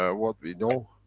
ah what we know.